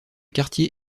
quartier